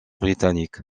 britanniques